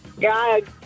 God